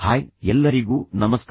hi ಎಲ್ಲರಿಗೂ ನಮಸ್ಕಾರ